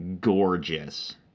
gorgeous